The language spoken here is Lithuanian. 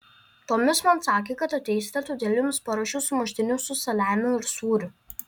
tomis man sakė kad ateisite todėl jums paruošiau sumuštinių su saliamiu ir sūriu